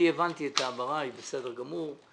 הבנתי את ההבהרה, היא בסדר גמור.